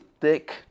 thick